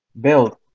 build